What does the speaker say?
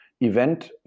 event